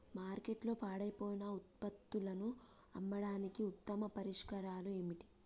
మార్కెట్లో పాడైపోయిన ఉత్పత్తులను అమ్మడానికి ఉత్తమ పరిష్కారాలు ఏమిటి?